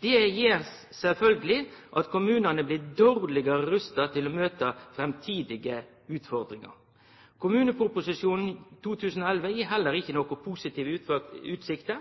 Det gjer sjølvsagt at kommunane blir dårlegare rusta til å møte framtidige utfordringar. Kommuneproposisjonen 2011 gir heller ikkje nokon positive utsikter.